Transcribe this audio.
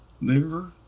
Liver